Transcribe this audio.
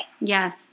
Yes